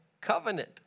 covenant